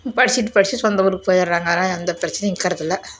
படிச்சுட்டு படிச்சுட்டு சொந்த ஊருக்கு போயிடுறாங்க அதனால எந்த பிரச்சினையும் இருக்கறதில்ல